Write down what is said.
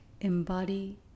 Embody